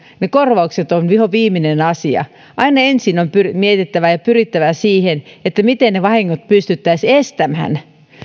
ne korvaukset ovat vihoviimeinen asia aina ensin on mietittävä ja pyrittävä siihen miten ne vahingot pystyttäisiin estämään